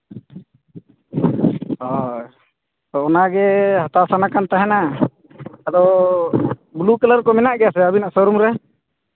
ᱦᱳᱭ ᱛᱚ ᱚᱱᱟᱜᱮ ᱦᱟᱛᱟᱣ ᱥᱟᱱᱟ ᱠᱟᱱ ᱛᱟᱦᱮᱱᱟ ᱟᱫᱚ ᱵᱞᱩ ᱠᱟᱞᱟᱨ ᱠᱚ ᱢᱮᱱᱟᱜ ᱜᱮᱭᱟ ᱥᱮ ᱟᱹᱵᱤᱱᱟᱜ ᱥᱳᱨᱩᱢ ᱨᱮ